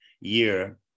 year